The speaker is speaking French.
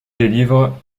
délivre